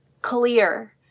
clear